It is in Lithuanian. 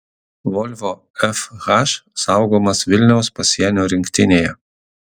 volvo fh saugomas vilniaus pasienio rinktinėje